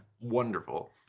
wonderful